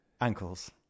Ankles